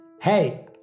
Hey